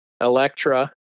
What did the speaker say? Electra